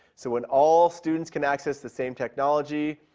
so when all students can access the same technology,